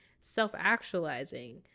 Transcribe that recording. self-actualizing